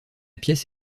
pièce